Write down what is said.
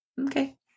Okay